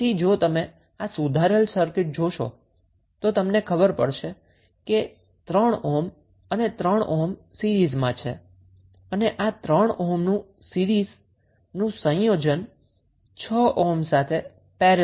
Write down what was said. તેથી જો તમે આ અપડેટેડ સર્કિટ જોશો તો તમને ખબર પડશે કે 3 ઓહ્મ અને 3 ઓહ્મ સીરીઝમાં છે અને આ 3 ઓહ્મનું સીરીઝનું સંયોજન 6 ઓહ્મ સાથે પેરેલલમાં છે